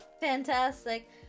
fantastic